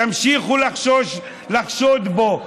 תמשיכו לחשוד בו.